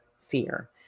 fear